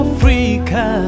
Africa